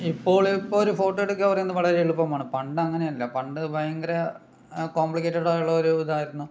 ഇപ്പോളിപ്പോൾ ഒര് ഫോട്ടോ എടുക്കുക എന്ന് പറയുന്നത് വളരെ എളുപ്പമാണ് പണ്ട് അങ്ങനെ അല്ല പണ്ട് ഭയങ്കര കോംപ്ലിക്കേറ്റഡായിട്ടുള്ള ഒരിതായിരുന്നു